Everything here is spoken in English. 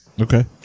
Okay